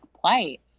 plight